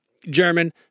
German